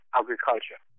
agriculture